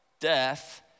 Death